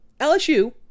LSU